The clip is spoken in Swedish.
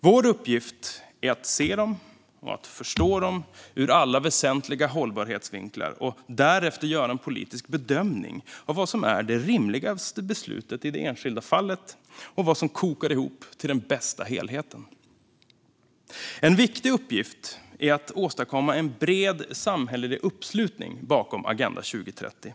Vår uppgift är att se dem och förstå dem ur alla väsentliga hållbarhetsvinklar och därefter göra en politisk bedömning av vad som är det rimligaste beslutet i det enskilda fallet och vad som kokar ihop till den bästa helheten. En viktig uppgift är att åstadkomma en bred samhällelig uppslutning bakom Agenda 2030.